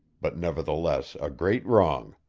but nevertheless a great wrong.